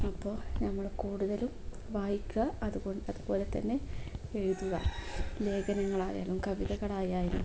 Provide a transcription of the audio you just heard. അപ്പോൾ നമ്മൾ കൂടുതലും വായിക്കുക അതു കൊണ്ട് അതുപോലെ തന്നെ എഴുതുക ലേഖനങ്ങളായാലും കവിതകളായാലും